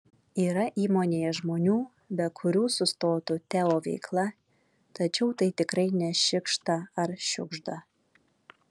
yra įmonėje žmonių be kurių sustotų teo veikla tačiau tai tikrai ne šikšta ar žiugžda